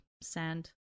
sand